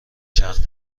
چرخ